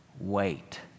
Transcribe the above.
wait